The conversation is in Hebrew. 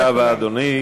תודה רבה, אדוני.